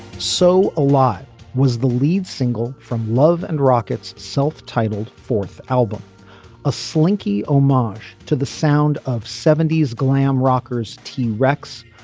so alive was the lead single from love and rockets self-titled fourth album a slinky um march to the sound of seventy s glam rockers t rex.